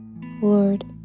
Lord